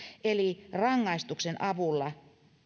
eli että rangaistuksen avulla